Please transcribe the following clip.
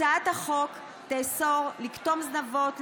הצעת החוק תאסור לקטום זנבות,